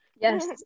Yes